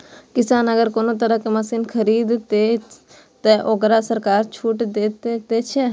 किसान अगर कोनो तरह के मशीन खरीद ते तय वोकरा सरकार छूट दे छे?